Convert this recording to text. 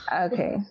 Okay